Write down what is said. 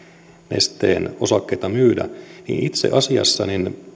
nesteen osakkeita myydä niin itse asiassa